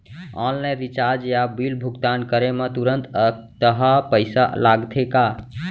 Online recharge या bill भुगतान करे मा तुरंत अक्तहा पइसा लागथे का?